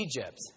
Egypt